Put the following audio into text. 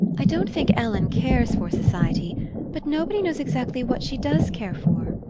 i don't think ellen cares for society but nobody knows exactly what she does care for,